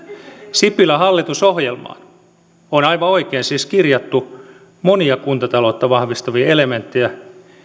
sipilän hallitusohjelmaan on aivan oikein siis kirjattu monia kuntataloutta vahvistavia elementtejä